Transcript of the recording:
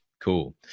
Cool